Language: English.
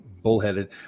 bullheaded